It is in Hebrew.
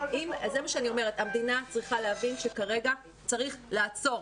המדינה צריכה להבין שכרגע צריך לעצור.